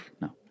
No